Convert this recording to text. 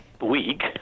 week